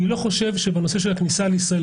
אני לא חושב שבנושא של הכניסה לישראל,